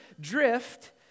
drift